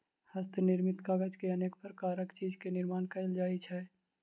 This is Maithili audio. हस्त निर्मित कागज सॅ अनेक प्रकारक चीज के निर्माण कयल जाइत अछि